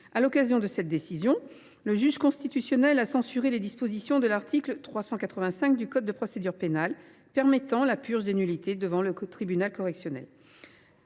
À l’occasion de cette décision, le juge constitutionnel a censuré les dispositions de l’article 385 du code de procédure pénale permettant la purge des nullités devant le tribunal correctionnel.